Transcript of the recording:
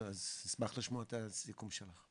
אז אני אשמח לשמוע את הסיכום שלך.